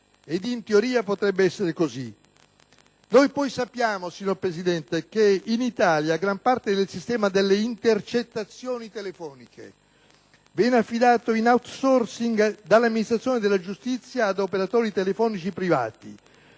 In teoria potrebbe essere così. Sappiamo poi che in Italia gran parte del sistema delle intercettazioni telefoniche viene affidato in *outsourcing* dall'amministrazione della giustizia ad operatori telefonici privati.